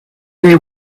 they